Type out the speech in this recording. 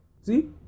see